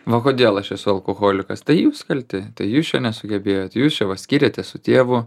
va kodėl aš esu alkoholikas tai jūs kalti jūs čia nesugebėjot jūs čia va skyrėtės su tėvu